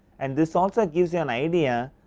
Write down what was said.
and this also gives an idea,